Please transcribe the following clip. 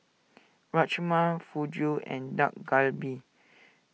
Rajma Fugu and Dak Galbi